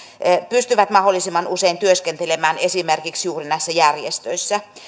pystyvät mahdollisimman usein työskentelemään esimerkiksi juuri järjestöissä